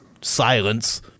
Silence